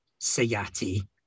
Sayati